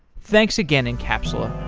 thanks again encapsula